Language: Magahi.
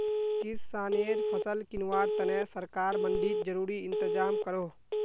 किस्सानेर फसल किंवार तने सरकार मंडित ज़रूरी इंतज़ाम करोह